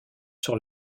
sur